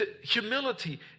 humility